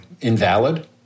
invalid